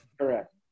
correct